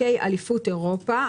משחקי אליפות אירופה.